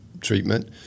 treatment